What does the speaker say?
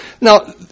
Now